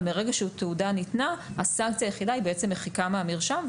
מהרגע שהתעודה ניתנה הסנקציה היחידה היא מחיקה מהמרשם,